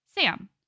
Sam